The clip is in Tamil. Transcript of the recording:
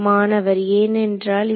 மாணவர் ஏனென்றால் இது